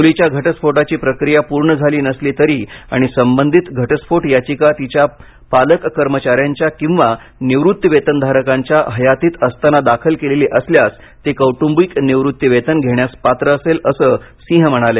मुलीच्या घटस्फोटाची प्रक्रिया पूर्ण झाली नसली तरी आणि संबधित घटस्फोट याचिका तिच्या पालक कर्मचाऱ्यांच्या किंवा निवृत्तीवेतनधारकाच्या हयातीत असताना दाखल केलेली असल्यास ती कौटुंबिक निवृत्तीवेतन घेण्यास पात्र असेल अस सिंह म्हणाले